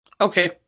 Okay